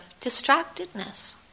distractedness